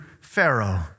Pharaoh